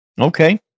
okay